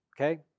okay